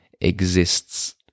exists